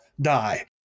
die